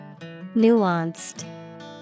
Nuanced